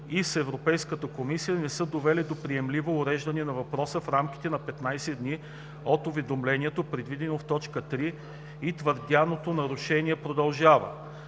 и с Европейската комисия не са довели до приемливо уреждане на въпроса в рамките на 15 дни от уведомлението, предвидено в т. 3, и твърдяното нарушение продължава.“